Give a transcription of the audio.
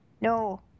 No